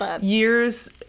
years